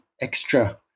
extra